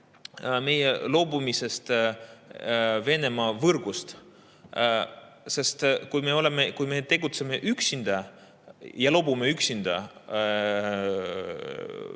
meie loobumisest Venemaa võrgust? Sest kui me tegutseme üksinda ja loobume üksinda